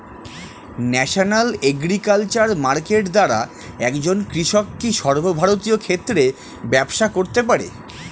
National agriculture market দ্বারা একজন কৃষক কি সর্বভারতীয় ক্ষেত্রে ব্যবসা করতে পারে?